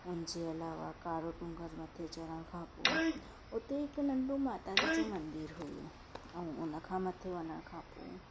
हुन जे अलावा कारो टूंगर मथे चरण खां पोइ हुते हिकु नंढो माता जी जो मंदरु हुओ ऐं उन खां मथे वञण खां पोइ